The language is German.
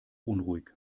unruhig